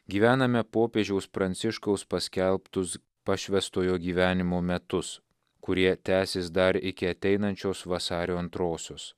gyvename popiežiaus pranciškaus paskelbtus pašvęstojo gyvenimo metus kurie tęsis dar iki ateinančios vasario antrosios